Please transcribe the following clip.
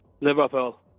Liverpool